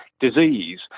disease